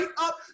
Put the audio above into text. up